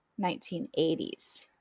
1980s